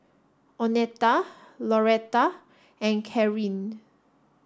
Oneta Loretta and Kareen